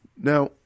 Now